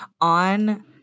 on